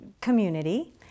community